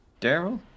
Daryl